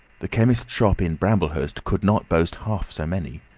the chemist's shop in bramblehurst could not boast half so many.